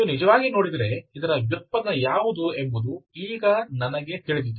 ನೀವು ನಿಜವಾಗಿ ನೋಡಿದರೆ ಇದರ ವ್ಯುತ್ಪನ್ನ ಯಾವುದು ಎಂಬುದು ಈಗ ನನಗೆ ತಿಳಿದಿದೆ